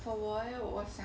for 我 eh 我想